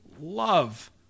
love